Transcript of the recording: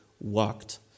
walked